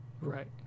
right